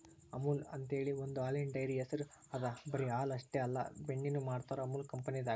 ಅಮುಲ್ ಅಂಥೇಳಿ ಒಂದ್ ಹಾಲಿನ್ ಡೈರಿ ಹೆಸ್ರ್ ಅದಾ ಬರಿ ಹಾಲ್ ಅಷ್ಟೇ ಅಲ್ಲ ಬೆಣ್ಣಿನು ಮಾಡ್ತರ್ ಅಮುಲ್ ಕಂಪನಿದಾಗ್